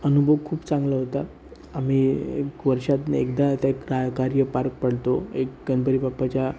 अनुभव खूप चांगला होता आम्ही एक वर्षातनं एकदा ते काय कार्य पार पाडतो एक गणपती बाप्पाच्या